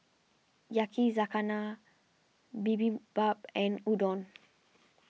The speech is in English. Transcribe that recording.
Yakizakana Bibimbap and Udon